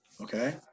okay